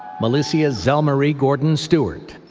melisia zelmarie gordon-stewart.